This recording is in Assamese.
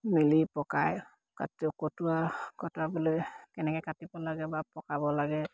মিলি পকাই কেনেকে কাটিব লাগে বা পকাব লাগে